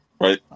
Right